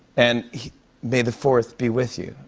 and may the fourth be with you.